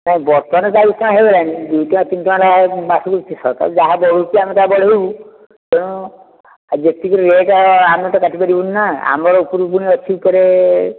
ନାହିଁ ବର୍ତ୍ତମାନ ଚାଳିଶ ଟଙ୍କା ହୋଇଗଲାଣି ଦୁଇ ଟଙ୍କା ତିନି ଟଙ୍କା ଲେଖା ମାସକୁ ସରକାର ଯାହା ବଢ଼ାଉଛି ଆମେ ତାହା ବଢ଼ାଇବୁ ତେଣୁ ଆଉ ଯେତିକି ରେଟ୍ ଆମେ ତ କାଟି ପରିବୁନି ନା ଆମର ଉପରକୁ ଅଛି ଫେରେ